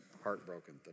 heartbroken